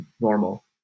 normal